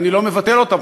ואני לא מבטל אותן,